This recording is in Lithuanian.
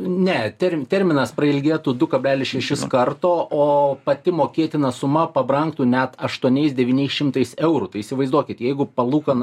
ne term terminas pailgėtų du kablelis šešis karto o pati mokėtina suma pabrangtų net aštuoniais devyniais šimtais eurų tai įsivaizduokit jeigu palūkana